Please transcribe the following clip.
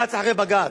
בג"ץ אחרי בג"ץ.